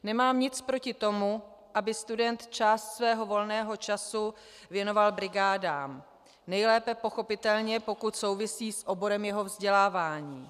Nemám nic proti tomu, aby student část svého volného času věnoval brigádám, nejlépe pochopitelně, pokud souvisí s oborem jeho vzdělávání.